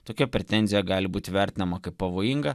tokia pretenzija gali būti vertinama kaip pavojinga